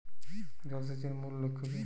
জল সেচের মূল লক্ষ্য কী?